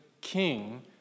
king